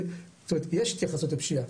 זאת אומרת יש התייחסות לפשיעה,